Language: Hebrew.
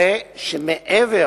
הרי שמעבר